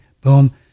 Boom